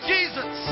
Jesus